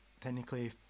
technically